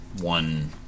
one